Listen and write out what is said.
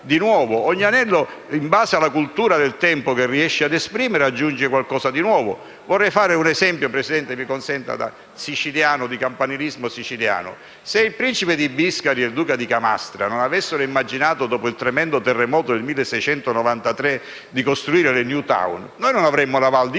dove ogni anello, in base alla cultura del tempo, aggiunge qualcosa di nuovo. Vorrei fare un esempio di campanilismo siciliano. Se il principe di Biscari e il duca di Camastra non avessero immaginato, dopo il tremendo terremoto del 1693, di costruire le *new town*, noi non avremmo la Val di